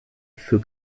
für